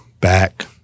back